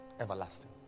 Everlasting